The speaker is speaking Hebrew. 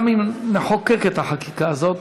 גם אם נחוקק את החקיקה הזאת,